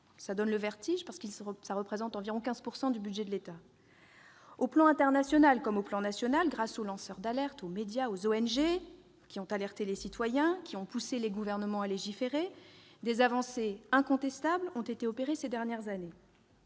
donnent le vertige, parce qu'elles représentent environ 15 % du budget de l'État. Au plan international comme au plan national, grâce aux lanceurs d'alerte, aux médias, aux ONG, qui ont alerté les citoyens et poussé les gouvernements à légiférer, des avancées incontestables ont été opérées ces dernières années.